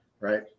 Right